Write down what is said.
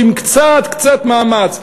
שעם קצת קצת מאמץ,